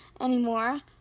anymore